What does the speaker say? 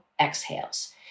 exhales